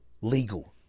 legal